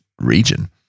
region